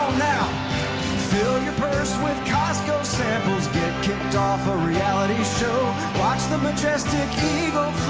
now fill your purse with costco samples get kicked off a reality show watch the majestic eagle